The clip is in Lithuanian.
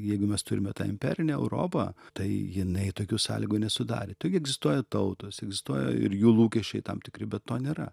jeigu mes turime tą imperinę europą tai jinai tokių sąlygų nesudarė taigi egzistuoja tautos egzistuoja ir jų lūkesčiai tam tikri be to nėra